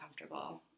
uncomfortable